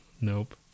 Nope